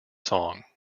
song